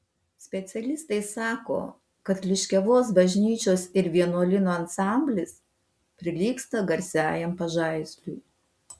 specialistai sako kad liškiavos bažnyčios ir vienuolyno ansamblis prilygsta garsiajam pažaisliui